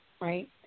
right